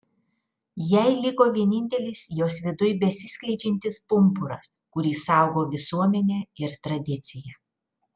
jai liko vienintelis jos viduj besiskleidžiantis pumpuras kurį saugo visuomenė ir tradicija